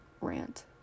rant